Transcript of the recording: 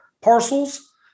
parcels